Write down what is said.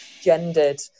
gendered